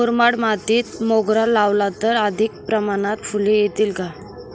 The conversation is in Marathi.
मुरमाड मातीत मोगरा लावला तर अधिक प्रमाणात फूले येतील का?